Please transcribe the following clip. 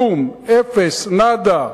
כלום, אפס, נאדה.